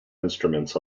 instruments